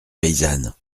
paysanne